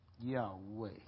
Yahweh